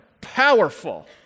powerful